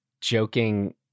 joking